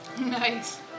Nice